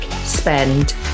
spend